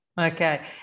Okay